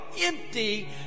empty